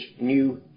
new